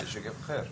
זה שקף אחר.